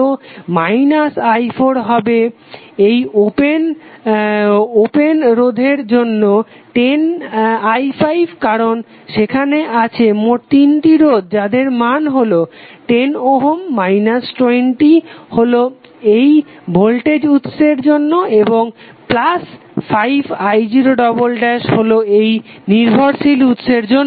তো i4 হবে এই ওপেন রোধের জন্য 10i5 কারণ সেখানে আছে মোট তিনটি রোধ যাদের মোট মান 10 ওহম 20 হলো এই ভোল্টেজ উৎসের জন্য এবং 5i0 হলো এই নির্ভরশীল উৎসের জন্য